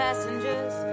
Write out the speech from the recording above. Passengers